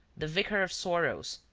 the vicar of sorrows,